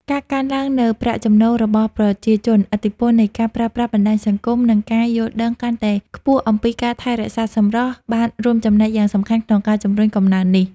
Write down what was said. ការកើនឡើងនូវប្រាក់ចំណូលរបស់ប្រជាជន ឥទ្ធិពលនៃការប្រើប្រាស់បណ្ដាញសង្គម និងការយល់ដឹងកាន់តែខ្ពស់អំពីការថែរក្សាសម្រស់ បានរួមចំណែកយ៉ាងសំខាន់ក្នុងការជំរុញកំណើននេះ។